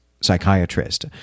psychiatrist